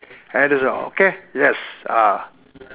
that is all okay yes ah